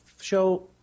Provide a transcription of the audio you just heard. show